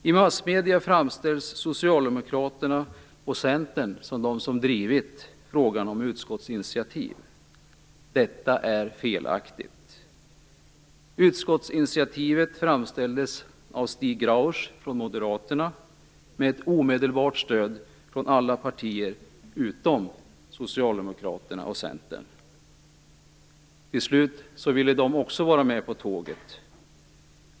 I massmedierna framställs Socialdemokraterna och Centern som de som drivit frågan om utskottsinitiativ. Detta är felaktigt. Utskottsinitiativet framställdes av Stig Grauers från Moderaterna med ett omedelbart stöd från alla partier utom Socialdemokraterna och Centern. Till slut ville de också vara med på tåget.